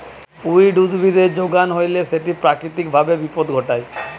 weed উদ্ভিদের যোগান হইলে সেটি প্রাকৃতিক ভাবে বিপদ ঘটায়